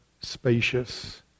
spacious